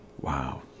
wow